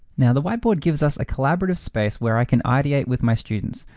now the whiteboard gives us a collaborative space where i can ideate with my students,